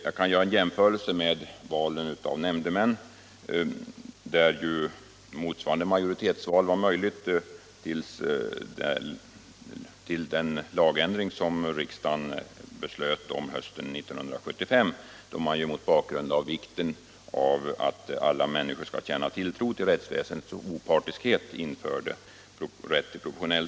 Jag kan göra en jämförelse med valen av nämndemän, där majoritetsval var möjligt fram till den lagändring som riksdagen beslöt om hösten 1975,— —— då rätt till proportionellt val av nämndemän infördes bl.a. med motivering att alla medborgare skall känna tilltro till rättsväsendets opartiskhet.